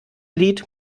lied